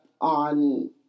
on